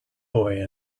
boy